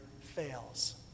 fails